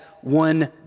one